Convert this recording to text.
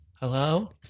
Hello